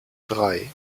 drei